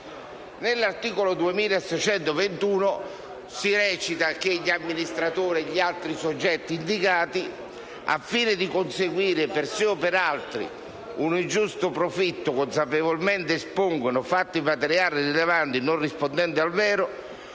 modificato, si recita che gli amministratori e gli altri soggetti indicati «al fine di conseguire per sé o per altri un ingiusto profitto (...) consapevolmente espongono fatti materiali rilevanti non rispondenti al vero